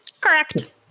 Correct